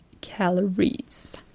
calories